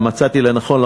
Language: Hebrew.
אבל מצאתי לנכון,